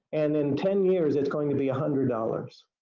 and in ten years it's going to be a hundred dollars.